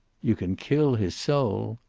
you can kill his soul.